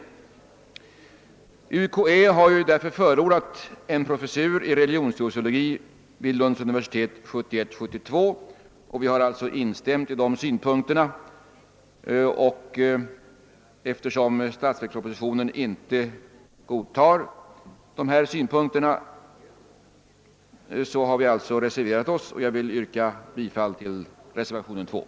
UKAÄ har därför förordat en professur i religionssociologi vid Lunds universitet fr.o.m. budgetåret 1971/72. Vi har alltså instämt, men eftersom statsverkspropositionen inte godtar våra synpunkter har vi reserverat oss, och jag yrkar härmed bifall till reservationen 3.